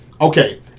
okay